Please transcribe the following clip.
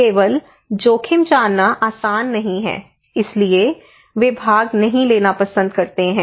केवल जोखिम जानना आसान नहीं है इसलिए वे भाग नहीं लेना पसंद करते हैं